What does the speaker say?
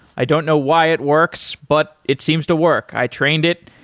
i don't know why it works, but it seems to work. i trained it.